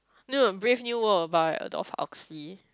no Brave-New-World by Aldous-Huxley